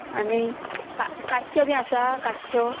आनी का काश्श्यो बी आसा काश्श्यो